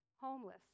homeless